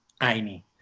Aini